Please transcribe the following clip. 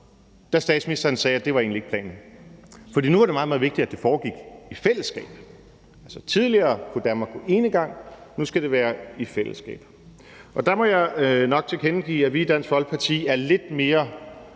da statsministeren sagde, at det egentlig ikke var planen, for nu var det meget, meget vigtigt, at det foregik i fællesskab. Tidligere skulle Danmark gå enegang; nu skal det være i fællesskab. Der må jeg nok tilkendegive, at vi i Dansk Folkeparti er lidt mere